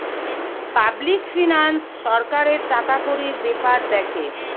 public finance সরকারের টাকাকড়ির বেপার দ্যাখে